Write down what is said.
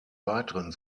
weiteren